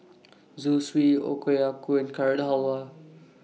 Zosui Okayu Carrot Halwa